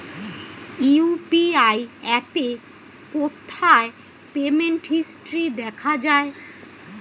UPI অ্যাপে কোথায় payment history দেখা যায়?